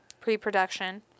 pre-production